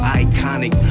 iconic